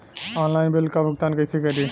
Online bill क भुगतान कईसे करी?